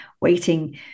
waiting